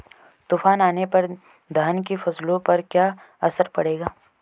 तूफान आने पर धान की फसलों पर क्या असर पड़ेगा?